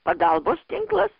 pagalbos tinklas